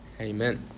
Amen